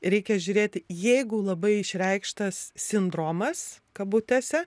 reikia žiūrėti jeigu labai išreikštas sindromas kabutėse